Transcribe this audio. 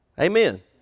Amen